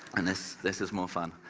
and this this is more fun.